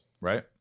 right